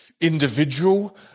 individual